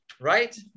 right